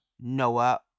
Noah